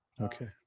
Okay